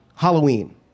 Halloween